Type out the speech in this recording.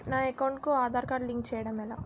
నా అకౌంట్ కు Aadhaar card link చేయడం ఎలా?